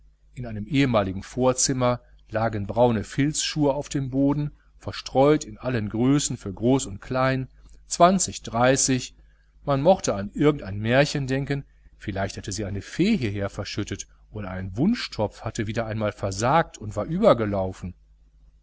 in einem ehemaligen vorzimmer lagen braune filzschuhe auf dem boden verstreut in allen größen für groß und klein zwanzig dreißig man mochte an irgendein märchen denken vielleicht hatte sie eine fee hierher verschüttet oder ein wunschtopf hatte wieder einmal versagt und war übergelaufen